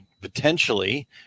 potentially